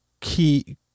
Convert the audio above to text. key